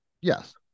Yes